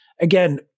Again